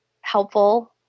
helpful